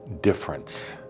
difference